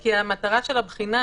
כי המטרה של הבחינה